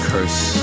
Curse